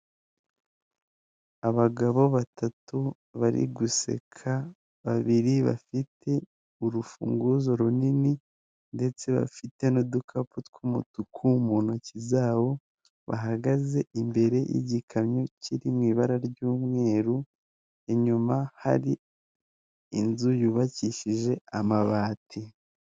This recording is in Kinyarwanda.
Abagabo batatu bari guseka, babiri bafite urufunguzo runini ndetse bafite n'udukapu tw'umutuku mu ntoki zabo, bahagaze imbere y'gikamyo kiri mu ibara ry'umweru, inyuma hari inzu yubakishije amabati.